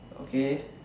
okay